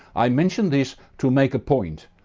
i mention this to make a point.